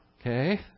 Okay